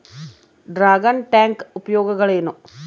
Dragon tank ಉಪಯೋಗಗಳೇನು?